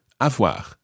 avoir